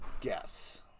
guess